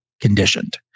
conditioned